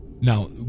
Now